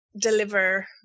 deliver